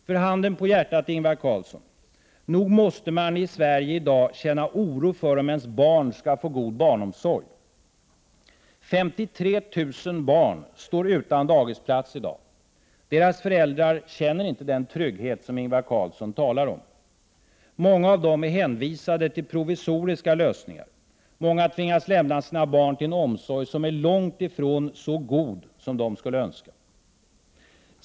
För handen på hjärtat, Ingvar Carlsson: Nog måste man i Sverige i dag känna oro för om ens barn skall få god barnomsorg? 53 000 barn står utan dagisplats i dag. Deras föräldrar känner inte den trygghet som Ingvar Carlsson talar om. Många av dem är hänvisade till provisoriska lösningar. Många tvingas lämna sina barn till en omsorg som är långt ifrån så ”god” som de skulle önska.